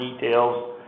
details